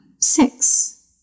Six